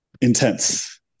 intense